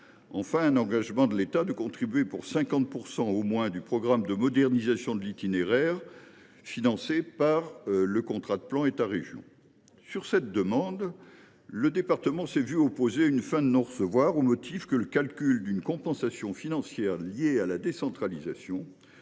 et l’engagement de l’État de contribuer, au moins pour 50 %, au programme de modernisation de l’itinéraire financé par le contrat de plan État région. Sur cette demande, le département s’est vu opposer une fin de non recevoir au motif que « le calcul d’une compensation financière liée à la décentralisation,